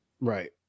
Right